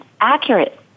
accurate